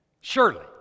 Surely